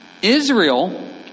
Israel